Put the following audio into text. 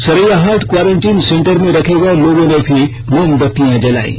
Saraiyahat quarantine centre में रखे गये लोगों ने भी मोमबत्तियां जलायीं